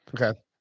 Okay